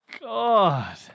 God